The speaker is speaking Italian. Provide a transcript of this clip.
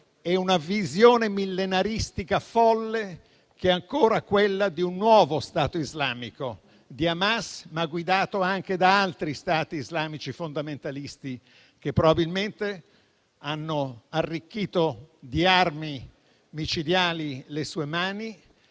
e una visione millenaristica folle, che è ancora quella di un nuovo Stato islamico, di Hamas, guidato però anche da altri Stati islamici fondamentalisti che probabilmente hanno arricchito di armi micidiali le sue mani